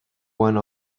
one